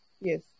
Yes